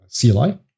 CLI